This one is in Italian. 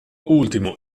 ultimo